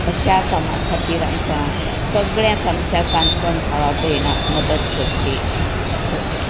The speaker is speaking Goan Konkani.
अश्या कामां खातीर आमकां सगळ्या आमच्या काणकोण भावां भयणांक मदत करची ओके